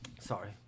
sorry